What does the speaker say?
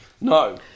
No